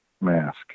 mask